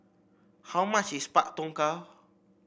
how much is Pak Thong Ko